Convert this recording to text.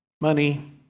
money